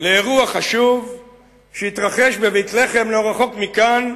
לאירוע חשוב שהתרחש בבית-לחם, לא רחוק מכאן,